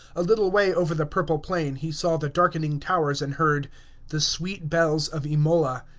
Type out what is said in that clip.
a little way over the purple plain he saw the darkening towers and heard the sweet bells of imola.